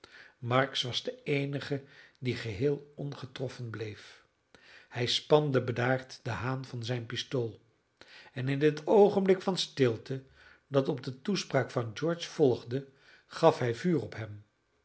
marks was de eenige die geheel ongetroffen bleef hij spande bedaard den haan van zijn pistool en in het oogenblik van stilte dat op de toespraak van george volgde gaf hij vuur op hem